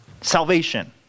salvation